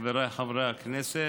חבריי חברי הכנסת,